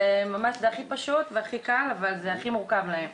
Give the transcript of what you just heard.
זה הכי פשוט והכי קל, אבל זה הכי מורכב להם.